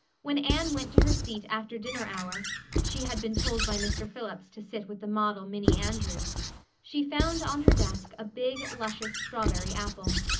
when anne went to her seat after dinner hour she had been told by mr. phillips to sit with the model minnie andrews she found on her desk a big luscious strawberry apple.